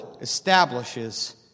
establishes